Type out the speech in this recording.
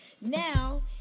Now